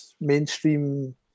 mainstream